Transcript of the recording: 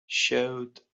showed